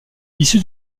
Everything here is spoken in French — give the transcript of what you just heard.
issu